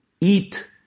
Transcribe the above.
eat